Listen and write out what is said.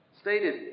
stated